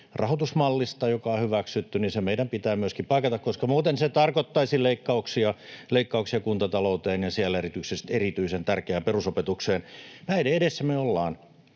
rahoitusmallista, joka on hyväksytty, meidän pitää myöskin paikata, koska muuten se tarkoittaisi leikkauksia kuntatalouteen ja siellä erityisesti erityisen tärkeään perusopetukseen. Näiden edessä me ollaan.